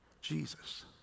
Jesus